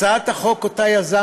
הצעת החוק שיזמתי